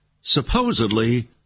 supposedly